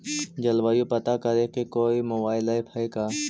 जलवायु पता करे के कोइ मोबाईल ऐप है का?